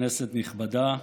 כנסת נכבדה,